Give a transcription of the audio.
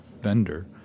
vendor